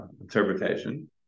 interpretation